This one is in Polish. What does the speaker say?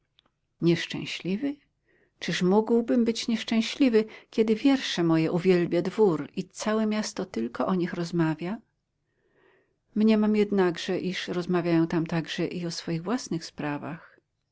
nieszczęśliwy czyż mógłbym być nieszczęśliwy kiedy wiersze moje uwielbia dwór i całe miasto tylko o nich rozmawia mniemam jednakże iż rozmawiają tam także i o swoich własnych sprawach